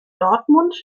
dortmund